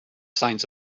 signs